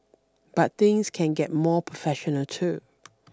but things can get more professional too